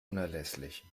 unerlässlich